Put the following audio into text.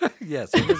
Yes